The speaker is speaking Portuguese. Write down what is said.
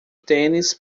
tênis